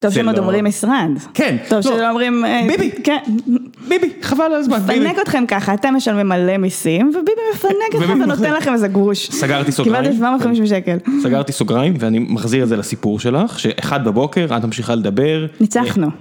- טוב שהם עוד אומרים משרד, כן טוב שלא אומרים, - ביבי, ביבי חבל על הזמן, ביבי - נפנק אתכם ככה, אתם משלמים מלא מיסים וביבי מפנק אתכם ונותן לכם איזה גרוש, קיבלתי 750 שקל. - סגרתי סוגריים ואני מחזיר את זה לסיפור שלך, שאחד בבוקר את ממשיכה לדבר - ניצחנו.